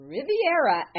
Riviera